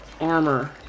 armor